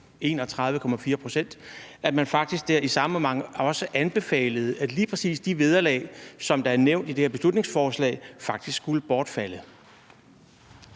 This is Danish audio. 31,4 pct., i samme moment også anbefalede, at lige præcis de vederlag, som der er nævnt i det her beslutningsforslag, skulle bortfalde?